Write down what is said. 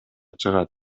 чыгат